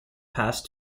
passed